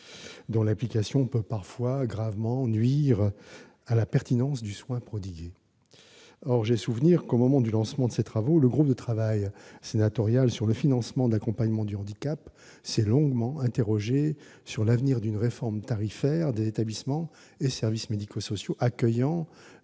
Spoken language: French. dont l'application peut parfois nuire gravement à la pertinence des soins prodigués. Or j'ai souvenir que, au moment du lancement de sa réflexion, le groupe de travail sénatorial sur le financement de l'accompagnement du handicap s'est longuement interrogé sur l'avenir d'une réforme tarifaire des établissements et services médico-sociaux accueillant